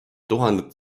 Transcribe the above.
tuhanded